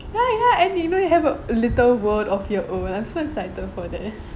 ya ya and you know you have a a little world of your own I'm so excited for that